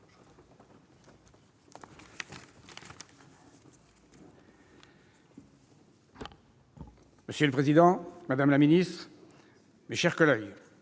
Monsieur le président, madame la ministre, mes chers collègues,